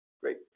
great